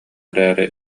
эрээри